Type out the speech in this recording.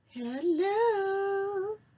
hello